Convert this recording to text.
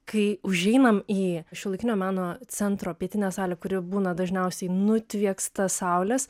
kai užeinam į šiuolaikinio meno centro pietinę salę kuri būna dažniausiai nutvieksta saulės